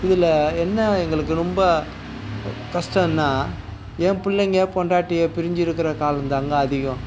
இதில் என்ன எங்களுக்கு ரொம்ப கஷ்டம்னால் என் பிள்ளைங்க பொண்டாட்டியை பிரிஞ்சு இருக்கிற காலம் தாங்க அதிகம்